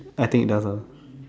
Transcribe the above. I think it does ah